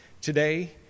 Today